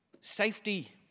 safety